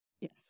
Yes